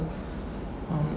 um